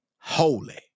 holy